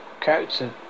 Character